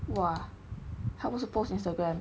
!wah! 他不是 post Instagram